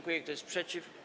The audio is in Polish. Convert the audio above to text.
Kto jest przeciw?